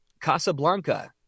Casablanca